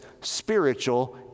spiritual